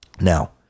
now